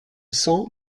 cent